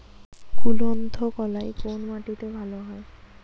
কুলত্থ কলাই কোন মাটিতে ভালো হয়?